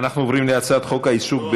אנחנו עוברים להצעת חוק העיסוק,